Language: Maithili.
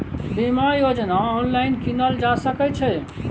बीमा योजना ऑनलाइन कीनल जा सकै छै?